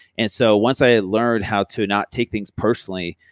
and so, once i learned how to not take things personally,